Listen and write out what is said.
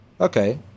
Okay